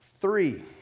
three